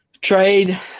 Trade